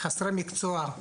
מקצוע,